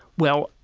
well,